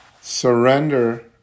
surrender